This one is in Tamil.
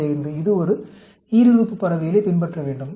5 இது ஒரு ஈருறுப்பு பரவலைப் பின்பற்ற வேண்டும்